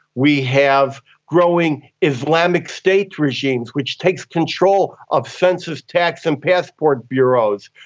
we have growing islamic state regimes which takes control of census, tax and passport bureaus,